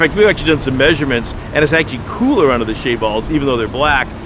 like we've actually done some measurements and it's actually cooler under the shade balls, even though they're black,